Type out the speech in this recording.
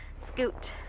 scoot